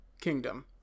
Kingdom